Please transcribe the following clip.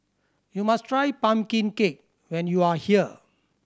you must try pumpkin cake when you are here